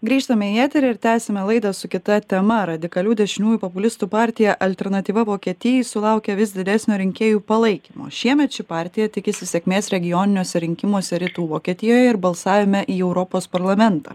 grįžtame į eterį ir tęsiame laidą su kita tema radikalių dešiniųjų populistų partija alternatyva vokietijai sulaukia vis didesnio rinkėjų palaikymo šiemet ši partija tikisi sėkmės regioniniuose rinkimuose rytų vokietijoje ir balsavime į europos parlamentą